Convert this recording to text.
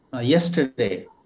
yesterday